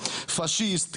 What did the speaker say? פשיסט,